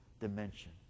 dimension